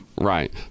Right